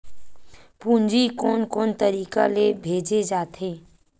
पूंजी कोन कोन तरीका ले भेजे जाथे?